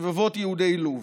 רבבות יהודי לוב